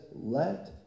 let